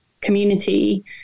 community